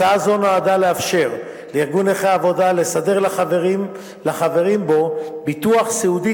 הצעה זו נועדה לאפשר לארגון נכי העבודה לסדר לחברים בו ביטוח סיעודי